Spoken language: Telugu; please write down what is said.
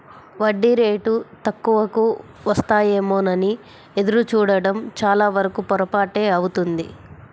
వడ్డీ రేటు తక్కువకు వస్తాయేమోనని ఎదురు చూడడం చాలావరకు పొరపాటే అవుతుంది